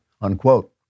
unquote